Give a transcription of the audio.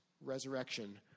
resurrection